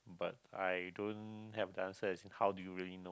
but I don't have the answer as in how do you really know